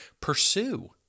pursue